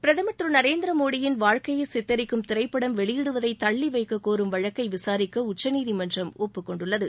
பிரதமர் திரு நரேந்திர மோடியின் வாழ்க்கையை சித்தரிக்கும் திரைப்படம் வெளியிடுவதை தள்ளி வைக்கக்கோரும் வழக்கை விசாரிக்க உச்சநீதிமன்றம் ஒப்புக்கொண்டுள்ளது